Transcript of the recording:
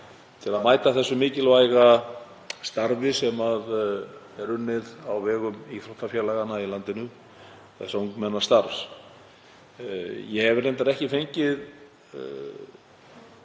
til að mæta því mikilvæga starfi sem er unnið á vegum íþróttafélaganna í landinu, ungmennastarfsins. Ég hef reyndar ekki fengið